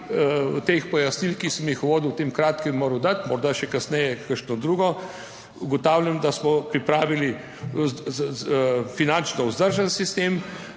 pojasnil, ki sem jih uvodu v tem kratkem moral dati, morda še kasneje kakšno drugo. Ugotavljam, da smo pripravili finančno vzdržen sistem,